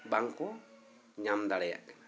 ᱵᱟᱝᱠᱚ ᱧᱟᱢ ᱫᱟᱲᱮᱭᱟᱜ ᱠᱟᱱᱟ